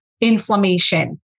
inflammation